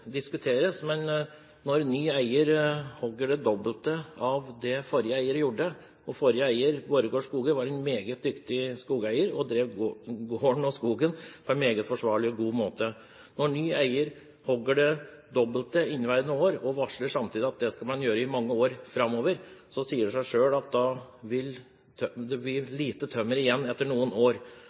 diskuteres, men når ny eier i inneværende år hugger det dobbelte av det forrige eier gjorde – og forrige eier, Borregaard Skoger, var en meget dyktig skogeier som drev gården og skogen på en meget forsvarlig og god måte – og samtidig varsler at det skal man gjøre i mange år framover, sier det seg selv at da vil det bli lite tømmer igjen etter noen år.